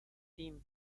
team